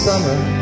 Summer